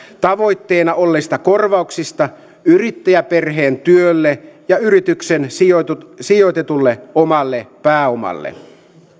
tavoitteena olleista korvauksista yrittäjäperheen työlle ja yritykseen sijoitetulle sijoitetulle omalle pääomalle